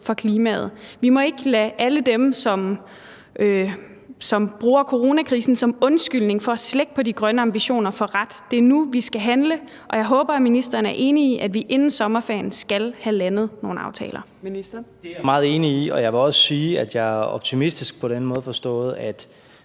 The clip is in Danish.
for klimaet. Vi må ikke lade alle dem, som bruger coronakrisen som undskyldning for at slække på de grønne ambitioner, få ret. Det er nu, vi skal handle, og jeg håber, at ministeren er enig i, at vi inden sommerferien skal have landet nogle aftaler. Kl. 15:00 Fjerde næstformand (Trine Torp):